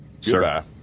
Sir